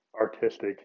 artistic